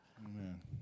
Amen